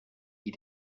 heed